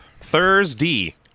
Thursday